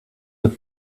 the